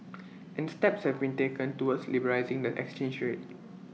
and steps have been taken towards liberalising the exchange rate